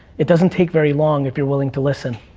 it doesn't take very long, if you're willing to listen,